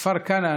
כפר כנא,